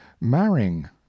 marrying